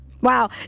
Wow